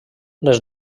les